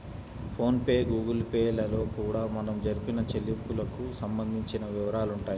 phone pay Google Pay లలో కూడా మనం జరిపిన చెల్లింపులకు సంబంధించిన వివరాలుంటాయి